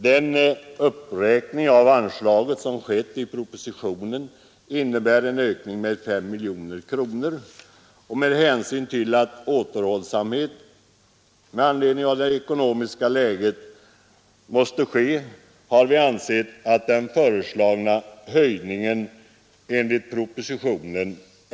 Den uppräkning av anslaget som skett i propositionen innebär en ökning med 5 miljoner kronor. Då återhållsamhet måste iakttas med hänsyn till det ekonomiska läget, har vi ansett den i propositionen föreslagna höjningen vara skälig.